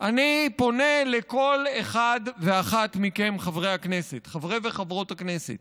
אני פונה לכל אחד ואחת מכן, חברי וחברות הכנסת.